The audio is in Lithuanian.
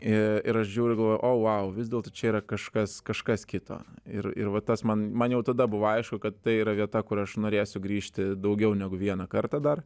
ir ir aš žiūriu o vau vis dėlto čia yra kažkas kažkas kito ir ir va tas man man jau tada buvo aišku kad tai yra vieta kur aš norėsiu grįžti daugiau negu vieną kartą dar